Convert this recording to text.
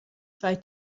zwei